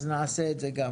אז נעשה את זה גם.